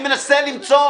אני מנסה למצוא